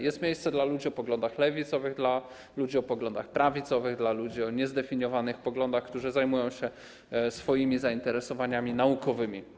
Jest miejsce dla ludzi o poglądach lewicowych, dla ludzi o poglądach prawicowych, dla ludzi o niezdefiniowanych poglądach, którzy zajmują się swoimi zainteresowaniami naukowymi.